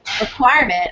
requirement